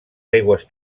aigües